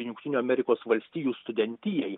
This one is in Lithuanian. jungtinių amerikos valstijų studentijai